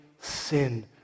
sin